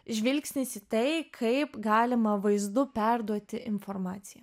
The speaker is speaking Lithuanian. žvilgsnis į tai kaip galima vaizdu perduoti informaciją